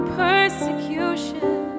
persecution